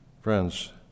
Friends